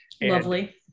lovely